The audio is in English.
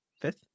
fifth